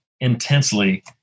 intensely